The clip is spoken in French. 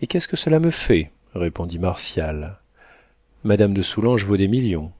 et qu'est-ce que cela me fait répondit martial madame de soulanges vaut des millions